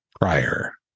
prior